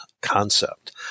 concept